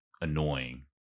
annoying